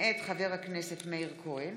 מאת חבר הכנסת מאיר כהן,